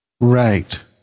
Right